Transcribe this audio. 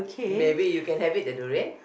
maybe you can have it the durian